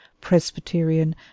Presbyterian